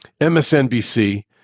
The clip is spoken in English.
MSNBC